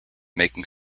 making